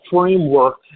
framework